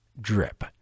drip